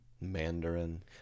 Mandarin